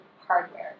hardware